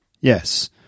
Yes